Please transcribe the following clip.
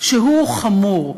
שהוא חמור,